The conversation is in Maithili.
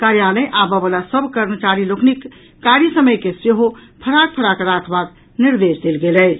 कार्यालय आबय वला सभ कर्मचारी लोकनिक कार्य समय के सेहो फराक फराक राखबाक निर्देश देलक अछि